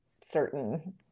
certain